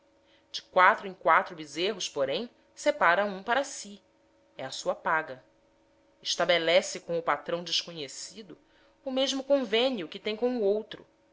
de quatro em quatro bezerros porém separa um para si é a sua paga estabelece com o patrão desconhecido o mesmo convênio que tem com o outro